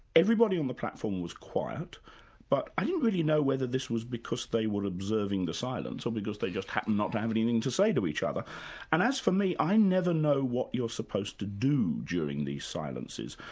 everybody on the platform was quiet but i didn't really know whether this was because they were observing the silence or because they just happened not to have anything to say to each other and as for me i never know what you're supposed to do during these silences.